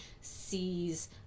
sees